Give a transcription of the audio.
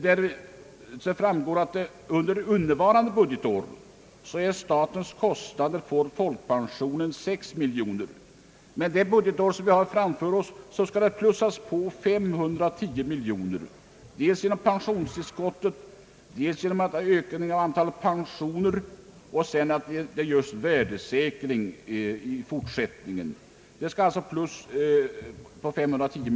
Av den framgår att statens kostnader för folkpensionen är 6 miljarder kronor under innevarande budgetår, men det budgetår som vi har framför oss skall beloppet ökas med 5310 miljoner kronor, dels genom införande av pensionstillskott, dels genom ökning av antalet pensioner, dels genom pensionshöjningar på grund av värdesäkringen.